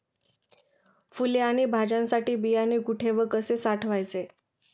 फुले आणि भाज्यांसाठी बियाणे कुठे व कसे साठवायचे?